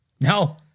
No